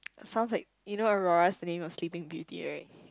sounds like you know Aurora's name of sleeping beauty right